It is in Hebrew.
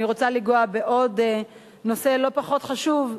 אני רוצה לנגוע בעוד נושא לא פחות חשוב,